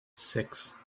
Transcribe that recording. six